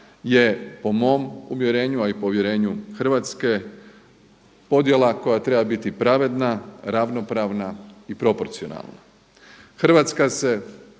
je po mom uvjerenju, a i po uvjerenju Hrvatske podjela koja treba biti pravedna, ravnopravna i proporcionalna.